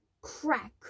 crack